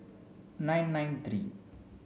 nine nine three